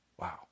Wow